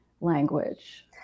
language